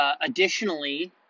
Additionally